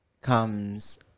comes